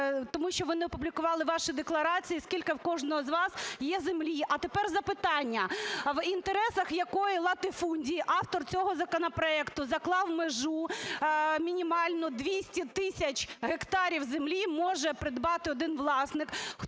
тому що вони опублікували ваші декларації, скільки в кожного з вас є землі. А тепер запитання. В інтересах якої латифундії автор цього законопроекту заклав межу мінімальну: 200 тисяч гектарів землі може придбати один власник?